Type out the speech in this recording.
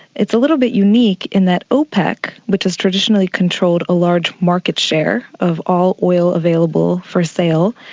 it's a little bit unique in that opec, which has traditionally controlled a large market share of all oil available for sale,